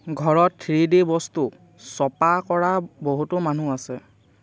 ঘৰত three D বস্তু ছপা কৰা বহুতো মানুহ আছে